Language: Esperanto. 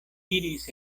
iris